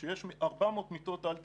כשיש 400 מיטת על תקניות,